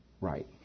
right